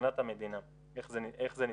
מבחינת המדינה איך זה נתפס.